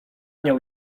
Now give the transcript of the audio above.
nią